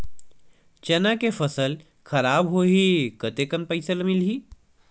चना के फसल खराब होही कतेकन पईसा मिलही?